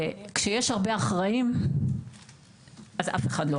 כשיש הרבה אחראים, אז אף אחד לא אחראי.